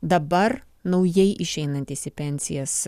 dabar naujai išeinantys į pensijas